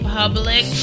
public